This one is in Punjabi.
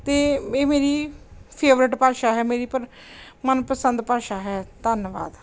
ਅਤੇ ਇਹ ਮੇਰੀ ਫੇਵਰੇਟ ਭਾਸ਼ਾ ਹੈ ਮੇਰੀ ਪਰ ਮਨਪਸੰਦ ਭਾਸ਼ਾ ਹੈ ਧੰਨਵਾਦ